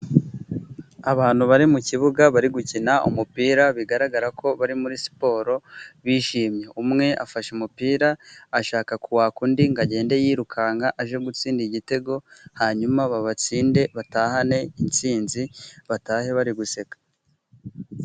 Abantu bari mu kibuga bari gukina umupira bigaragara ko bari muri siporo bishimye. Umwe afashe umupira ashaka kuwaka undi ngo agende yirukanka ajye gutsinda igitego, hanyuma babatsinde batahane intsinzi batahe bari guseka.